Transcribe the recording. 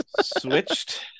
Switched